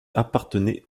appartenaient